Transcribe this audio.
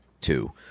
Two